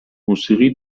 موسیقی